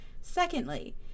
Secondly